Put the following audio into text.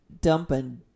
dumping